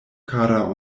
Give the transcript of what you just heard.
kara